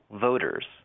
voters